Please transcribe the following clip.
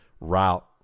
route